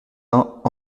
uns